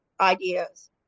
ideas